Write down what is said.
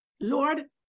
Lord